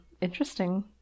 interesting